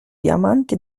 diamanti